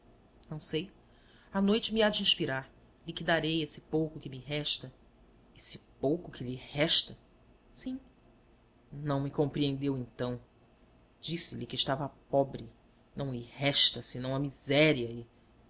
não sei a noite me há de inspirar liquidarei esse pouco que me resta esse pouco que lhe resta sim não me compreendeu então disse-lhe que estava pobre não lhe resta senão a miséria e